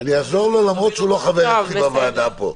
אני אעזור לו, למרות שהוא לא חבר בוועדה פה.